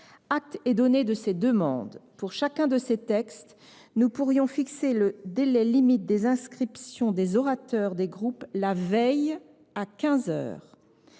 Acte est donné de ces demandes. Pour chacun de ces textes, nous pourrions fixer le délai limite pour l’inscription des orateurs des groupes la veille, à